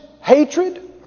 hatred